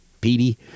Petey